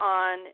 on